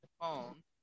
phone